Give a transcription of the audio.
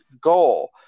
goal